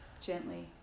gently